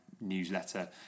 newsletter